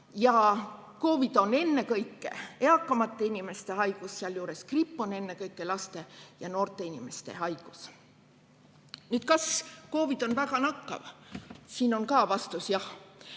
Ja COVID on ennekõike eakamate inimeste haigus, gripp aga ennekõike laste ja noorte inimeste haigus. Nüüd, kas COVID on väga nakkav? Siin on ka vastus jah.